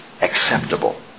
acceptable